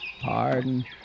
Pardon